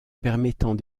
permettant